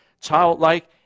childlike